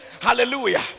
Hallelujah